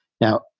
Now